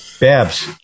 Babs